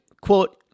quote